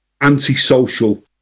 antisocial